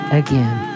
again